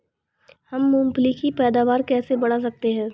हम मूंगफली की पैदावार कैसे बढ़ा सकते हैं?